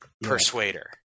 persuader